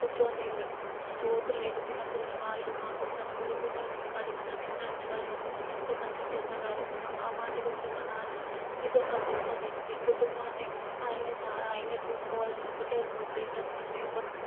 కూర్చొని చోటు లేదు తినకుండా వాళ్ళు మాకోసం మూడు పూటలు మేము కడుపు నిండా తినడానికి వాళ్ళు మాకోసం ఎంతో కష్టం చేసేవారు మా ఆ మాటకి వస్తే మా నాన్న నిజంగా గొప్ప వ్యక్తి కుటుంబాన్ని ఆయనే స ఆయనే చూసుకోవాలన్న ఒకటే ఒక్క ఉద్దేశంతోనే ఒక